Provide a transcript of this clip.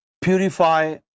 purify